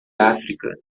áfrica